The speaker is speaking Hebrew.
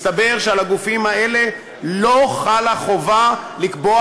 מסתבר שעל הגופים האלה לא חלה חובה לקבוע